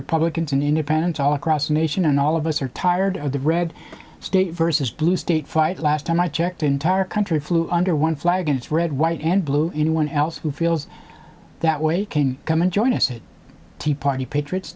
republicans and independents all across the nation and all of us are tired of the red state versus blue state fight last time i checked entire country flew under one flag and it's red white and blue anyone else who feels that way can come and join us it tea party patriots